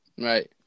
Right